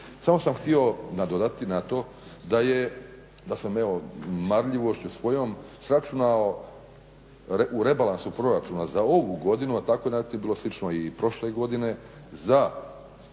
Samo sam htio nadodati na to da je, da sam evo marljivošću svojom sračunao u rebalansu proračunu za ovu godinu a tako je relativno bilo slično i prošle godine za